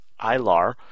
Ilar